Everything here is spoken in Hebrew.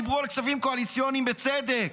דיברו על כספים קואליציוניים בצדק.